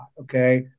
Okay